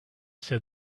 said